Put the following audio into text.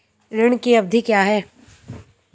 ऋण की अवधि क्या है?